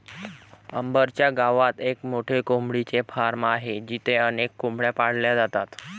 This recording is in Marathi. अंबर च्या गावात एक मोठे कोंबडीचे फार्म आहे जिथे अनेक कोंबड्या पाळल्या जातात